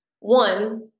One